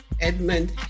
Edmund